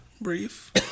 Brief